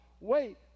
Wait